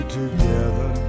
together